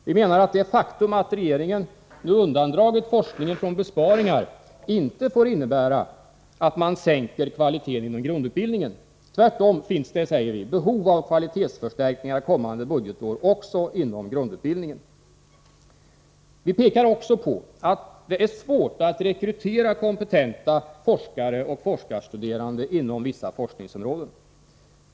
Vi menar, att det faktum att regeringen nu undandragit forskningen från besparingar inte får innebära att man sänker kvaliteten inom grundutbildningen. Tvärtom finns det, säger vi, behov av kvalitetsförstärkningar kommande budgetår också inom grundutbildningen. Vi pekar också på att det är svårt att rekrytera kompetenta forskare och forskarstuderande inom vissa forskningsområden.